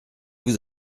vous